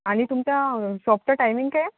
आणि तुमच्या शॉपचा टायमिंग काय आहे